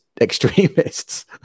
extremists